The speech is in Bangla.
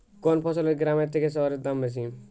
কোন ফসলের গ্রামের থেকে শহরে দাম বেশি?